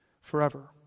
forever